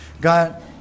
God